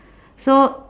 so